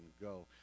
go